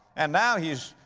and now he's,